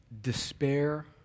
Despair